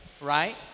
Right